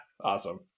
Awesome